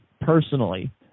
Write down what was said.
personally